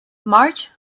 march